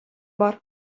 бар